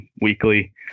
weekly